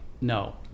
no